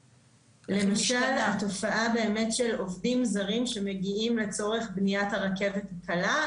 למשל התופעה באמת של עובדים זרים שמגיעים לצורך בניית הרכבת הקלה,